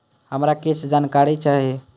हमरा कीछ जानकारी चाही